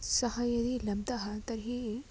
सः यदि लब्धः तर्हि